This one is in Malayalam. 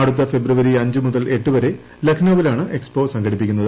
അടുത്ത ഫെബ്രുവരി അഞ്ച് മുതൽ എട്ട് വരെ ലക്നൌവിലാണ് എക്സ്പോ സംഘടിപ്പിക്കുന്നത്